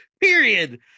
Period